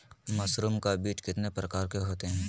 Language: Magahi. मशरूम का बीज कितने प्रकार के होते है?